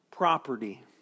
property